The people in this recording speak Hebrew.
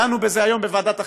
דנו בזה היום בוועדת החינוך,